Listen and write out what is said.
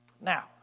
Now